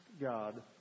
God